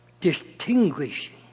distinguishing